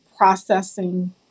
processing